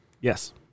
Yes